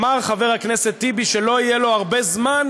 שאמר חבר הכנסת טיבי שלא יהיה לו הרבה זמן